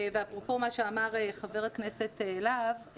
ואפרופו מה שאמר חבר הכנסת להב,